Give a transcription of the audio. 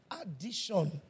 addition